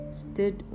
stood